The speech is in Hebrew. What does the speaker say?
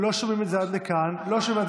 לא שומעים את זה עד לכאן, וב.